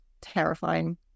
terrifying